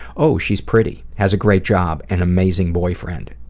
oh, she's pretty, has a great job, an amazing boyfriend.